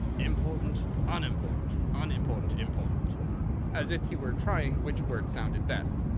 important unimportant unimportant important as if he were trying which word sounded best.